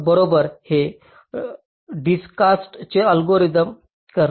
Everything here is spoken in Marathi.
बरोबर आणि हे डिजकस्टाDijksta's चे अल्गोरिदम करते